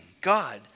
God